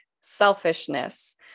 selfishness